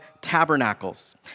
tabernacles